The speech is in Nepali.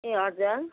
ए हजुर